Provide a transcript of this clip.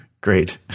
Great